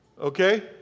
Okay